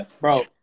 bro